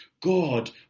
God